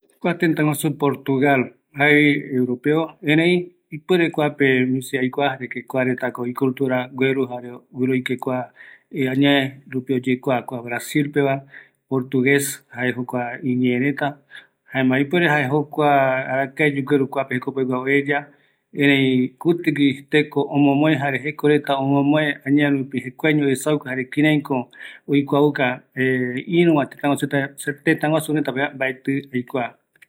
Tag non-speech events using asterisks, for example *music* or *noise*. Kua tëtäguasu Portugal, jae europeo, erei ipuere kuape misi aikua, jaeretako icultura gueru jare guiroike kua añae rupi oyekua kua Brasilpeva, portuguez jae jokua iñereta, jaema ipuere jae jokua, arakua yogueru kuape jekopegua oeya erei kutigui teko omomoe, jare jekoreta omomoe añae rupi, jekuaeño oesauka jare kiraiko, oikuauka *hesitation* iruva tetaguasu retape mbaeti aikua